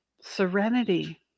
Serenity